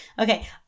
Okay